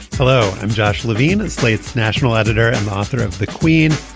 hello i'm josh levine and slate's national editor and author of the queen.